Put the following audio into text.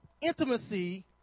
intimacy